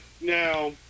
Now